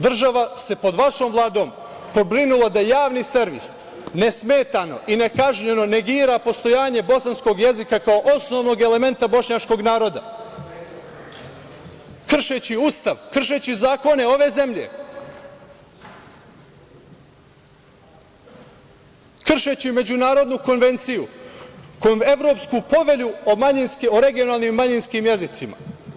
Država se pod vašom Vladom pobrinula da Javni servis nesmetano i nekažnjeno negira postojanje bosanskog jezika kao osnovnog elementa bošnjačkog naroda, kršeći Ustav, kršeći zakone ove zemlje, kršeći Međunarodnu konvenciju, Evropsku povelju o regionalnim manjinskim jezicima.